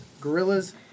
gorillas